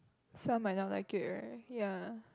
so I might not like it right ya